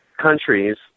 countries